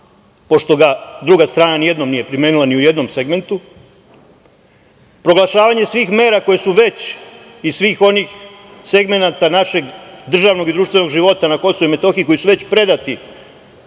pošto ga druga strana ni jednom primenila, ni u jednom segmentu, proglašavanje svih mera koje su već i svih onih segmenata našeg državnog i društvenog života na KiM, koji su već predati